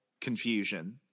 confusion